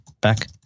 Back